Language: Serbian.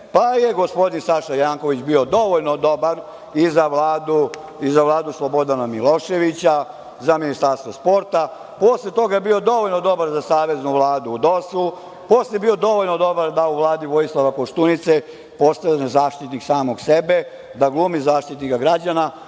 pa je gospodin Saša Janković bio dovoljno dobar i za Vladu Slobodana Miloševića, za Ministarstvo sporta. Posle toga je bio dovoljno dobar za Saveznu vladu u DOS-u. Posle je bio dovoljno dobar da u Vladi Vojislava Koštunice postane zaštitnik samog sebe, da glumi Zaštitnika građana,